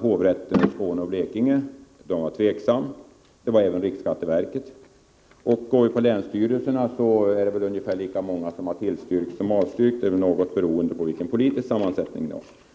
Hovrätten över Skåne och Blekinge är tveksam, likaså riksskatteverket. Bland länsstyrelserna har ungefär lika många tillstyrkt som avstyrkt — det är väl något beroende på vilken politisk sammansättning de